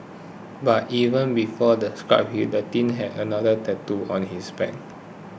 but even before the scabs healed the teen had another tattooed on his back